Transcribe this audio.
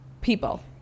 people